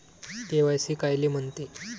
KYC कायले म्हनते?